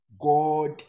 God